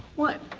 what?